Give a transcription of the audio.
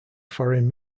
foreign